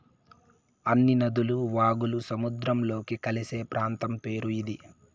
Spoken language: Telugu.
అన్ని నదులు వాగులు సముద్రంలో కలిసే ప్రాంతం పేరు ఇది